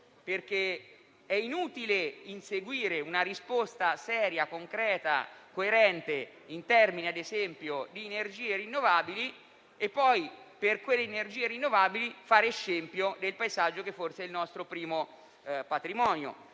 perché è inutile inseguire una risposta seria, concreta e coerente in termini di energie rinnovabili se poi, per quelle stesse energie, si fa scempio del paesaggio, che forse è il nostro primo patrimonio.